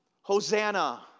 Hosanna